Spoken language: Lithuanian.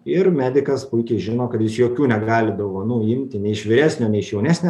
ir medikas puikiai žino kad jis jokių negali dovanų imti nei iš vyresnio nei iš jaunesnio